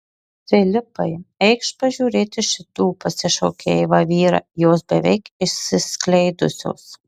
filipai eikš pažiūrėti šitų pasišaukė eiva vyrą jos beveik išsiskleidusios